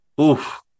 Oof